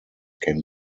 can